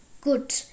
good